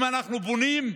אם אנחנו בונים,